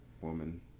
woman